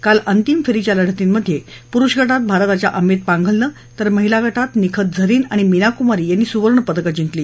काल अंतिम फेरीच्या लढतींमध्ये पुरूष गटात भारताच्या अमित पांघलनं तर महिला गटात निखत झरीन आणि मीनाकुमारी यांनी सुवर्णपदकं जिंकली